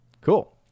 Cool